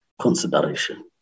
consideration